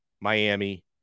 Miami